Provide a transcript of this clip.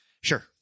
Sure